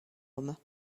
homme